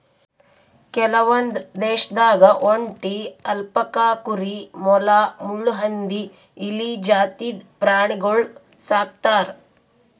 ಕೆಲವೊಂದ್ ದೇಶದಾಗ್ ಒಂಟಿ, ಅಲ್ಪಕಾ ಕುರಿ, ಮೊಲ, ಮುಳ್ಳುಹಂದಿ, ಇಲಿ ಜಾತಿದ್ ಪ್ರಾಣಿಗೊಳ್ ಸಾಕ್ತರ್